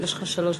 יש לך שלוש דקות.